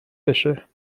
بشه